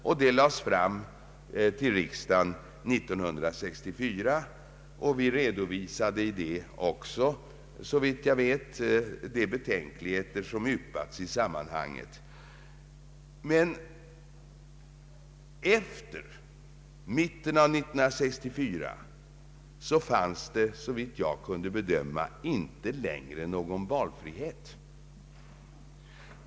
Ärendet framlades för riksdagen 1964, och regeringen redovisade, såvitt jag vet, också de betänkligheter som yppats i sammanhanget. Men efter mitten av 1964 fanns det, såvitt jag kunde bedöma, inte längre någon valfrihet.